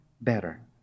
better